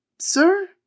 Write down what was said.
sir